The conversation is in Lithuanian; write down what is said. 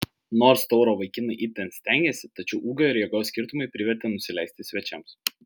nors tauro vaikinai itin stengėsi tačiau ūgio ir jėgos skirtumai privertė nusileisti svečiams